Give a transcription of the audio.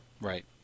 Right